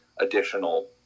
additional